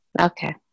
Okay